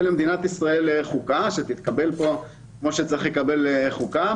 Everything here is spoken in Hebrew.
למדינת ישראל חוקה שתתקבל כמו שצריך לקבל חוקה,